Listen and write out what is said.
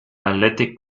athletic